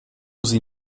sie